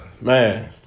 man